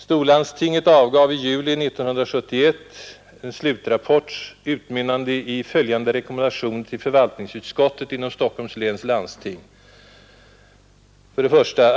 Storlandstingets flygfältskommitté avgav i juli 1971 en slutrapport, utmynnande i följande rekommendation till förvaltningsutskottet inom Stockholms läns landsting: ”1.